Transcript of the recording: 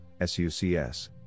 SUCS